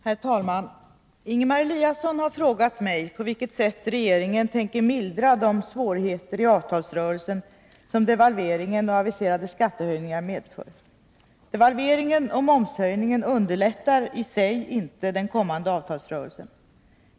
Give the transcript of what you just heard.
Herr talman! Ingemar Eliasson har frågat mig på vilket sätt regeringen tänker mildra de svårigheter i avtalsrörelsen som devalveringen och aviserade skattehöjningar medför. Devalveringen och momshöjningen underlättar i sig inte den kommande avtalsrörelsen.